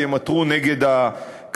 כי הן עתרו נגד הקנסות,